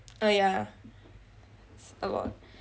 oh yah it's a lot